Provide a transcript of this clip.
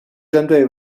针对